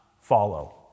follow